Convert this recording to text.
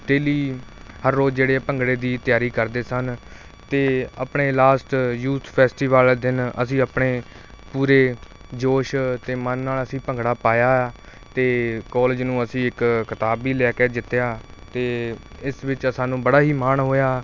daily ਹਰ ਰੋਜ਼ ਜਿਹੜੇ ਭੰਗੜੇ ਦੀ ਤਿਆਰੀ ਕਰਦੇ ਸਨ ਅਤੇ ਆਪਣੇ ਲਾਸਟ ਯੂਥ ਫੈਸਟੀਵਲ ਦਿਨ ਅਸੀਂ ਆਪਣੇ ਪੂਰੇ ਜੋਸ਼ ਅਤੇ ਮਨ ਨਾਲ ਅਸੀਂ ਭੰਗੜਾ ਪਾਇਆ ਅਤੇ ਕਾਲਜ ਨੂੰ ਅਸੀਂ ਇੱਕ ਖਿਤਾਬ ਵੀ ਲੈ ਕੇ ਜਿੱਤਿਆ ਅਤੇ ਇਸ ਵਿੱਚ ਸਾਨੂੰ ਬੜਾ ਹੀ ਮਾਣ ਹੋਇਆ